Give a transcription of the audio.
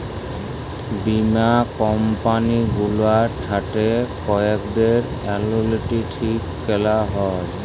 বীমা কম্পালি গুলার সাথ গ্রাহকদের অলুইটি ঠিক ক্যরাক হ্যয়